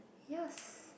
yes